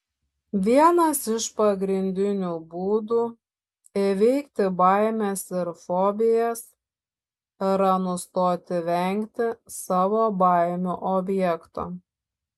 vienas iš pagrindinių būdų įveikti baimes ir fobijas yra nustoti vengti savo baimių objekto